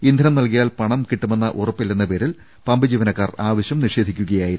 ഇന്ധനം നൽകിയാൽ പണം കിട്ടുമെന്ന ഉറപ്പി ല്ലെന്നിപേരിൽ പമ്പ് ജീവനക്കാർ ആവശ്യം നിഷേധി ക്കുകയായിരുന്നു